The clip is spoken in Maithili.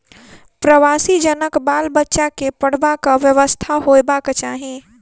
प्रवासी जनक बाल बच्चा के पढ़बाक व्यवस्था होयबाक चाही